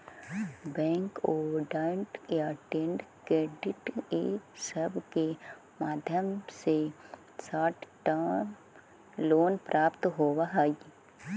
bank overdraft या trade credit इ सब के माध्यम से शॉर्ट टर्म लोन प्राप्त होवऽ हई